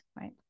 right